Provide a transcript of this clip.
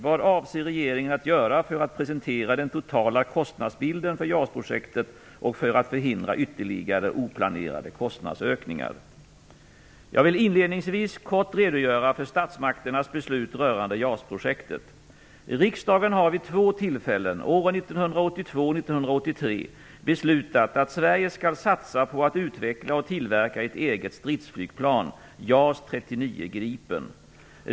Vad avser regeringen att göra för att presentera den totala kostnadsbilden för JAS-projektet och för att förhindra ytterligare oplanerade kostnadsökningar? Jag vill inledningsvis kort redogöra för statsmakternas beslut rörande JAS-projektet. Riksdagen har vid två tillfällen, åren 1982 och 1983, beslutat att Sverige skall satsa på att utveckla och tillverka ett eget stridsflygplan, JAS 39 Gripen.